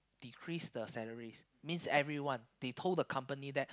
decrease the salaries means everyone they told the company that